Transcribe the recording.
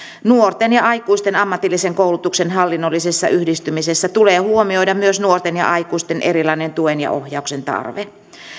nuorten ja aikuisten ammatillisen koulutuksen hallinnollisessa yhdistymisessä tulee huomioida myös nuorten ja aikuisten erilainen tuen ja ohjauksen tarve